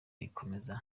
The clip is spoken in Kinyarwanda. rikomeza